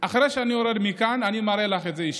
אחרי שאני יורד מכאן אני מראה לך את זה אישית.